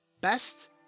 best